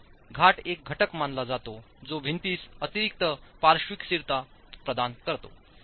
तर घाट एक घटक मानला जातो जो भिंतीस अतिरिक्त पार्श्विक स्थिरता प्रदान करतो